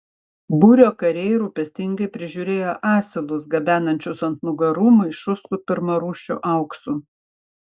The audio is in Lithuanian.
būrio kariai rūpestingai prižiūrėjo asilus gabenančius ant nugarų maišus su pirmarūšiu auksu